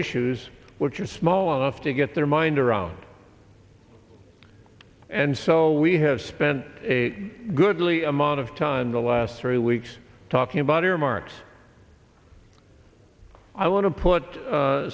issues which are small enough to get their mind around and so we have spent a goodly amount of time the last three weeks talking about earmarks i want to put